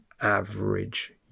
average